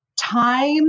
time